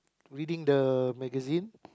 reading the magazine